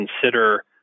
consider